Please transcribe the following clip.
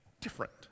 different